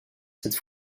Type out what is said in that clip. cette